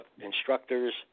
instructors